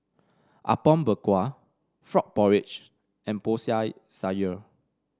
Apom Berkuah Frog Porridge and Sayur